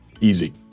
easy